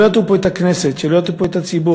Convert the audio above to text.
שלא יטעו פה את הכנסת, שלא יטעו פה את הציבור.